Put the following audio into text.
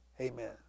Amen